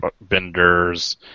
benders